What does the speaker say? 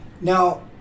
Now